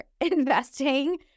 investing